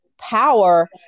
power